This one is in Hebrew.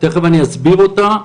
תיכף אני אסביר אותה,